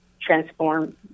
transform